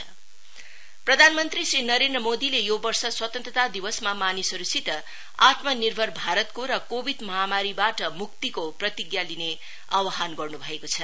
मन की बातु प्रधानमंत्री श्री नरेन्द्र मोदीले यो वर्ष स्वतन्त्रता दिवसमा मानिसहरुसित आत्मनिर्भर भारतको र कोविड महामारीबाट मुक्तिको प्रतीज्ञा लिने आव्हान गर्नु भएको छ